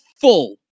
full